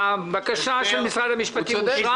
הבקשה של משרד המשפטים אושרה.